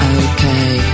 okay